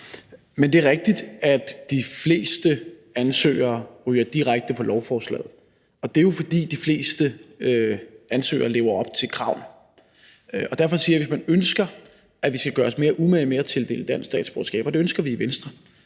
Men det er rigtigt, at de fleste ansøgere ryger direkte på lovforslaget, og det er jo, fordi de fleste ansøgere lever op til kravene. Og derfor siger vi, at hvis vi ønsker, at vi skal gøre os mere umage med at tildele dansk statsborgerskab, og det ønsker vi i Venstre,